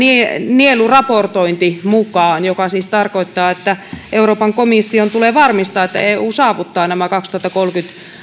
nieluraportointi joka siis tarkoittaa että euroopan komission tulee varmistaa että eu saavuttaa nämä vuodelle kaksituhattakolmekymmentä